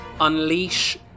unleash